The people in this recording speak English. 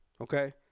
Okay